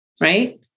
right